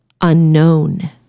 unknown